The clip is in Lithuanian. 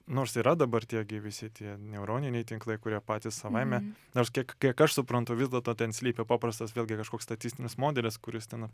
nors yra dabar tie gi visi tie neuroniniai tinklai kurie patys savaime nors kiek kiek aš suprantu vis dėlto ten slypi paprastas vėlgi kažkoks statistinis modelis kuris ten